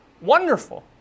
wonderful